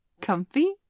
Comfy